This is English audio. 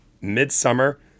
Midsummer